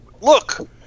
look